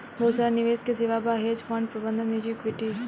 बहुत सारा निवेश के सेवा बा, हेज फंड प्रबंधन निजी इक्विटी